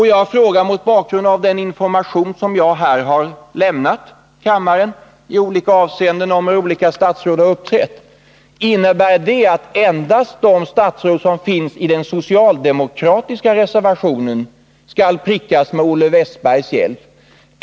Mot bakgrund av den information som jag i olika avseenden har lämnat här i kammaren om hur olika statsråd har uppträtt vill jag fråga: Innebär det att endast de statsråd som nämns i den socialdemokratiska reservationen skall prickas med Olle Wästbergs hjälp?